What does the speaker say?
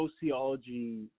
sociology